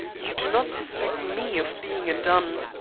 you do not suspect me of being a dun.